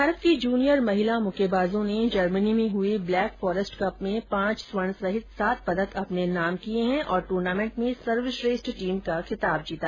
भारत की जूनियर महिला मुक्केबाजों ने जर्मनी में हुए ब्लैक फॉरेस्ट कप में पांच स्वर्ण सहित सात पदक अपने नाम किये और ट्र्नामेंट में सर्वश्रेष्ठ टीम का खिताब जीता